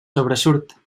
sobresurt